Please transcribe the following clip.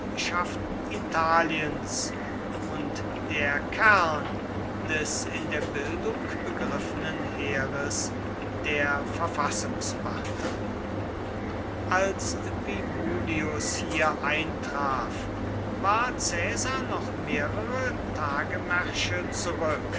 italiens und der kern des in der bildung begriffenen heeres der verfassungspartei als vibullius hier eintraf war caesar noch mehrere tagemärsche zurück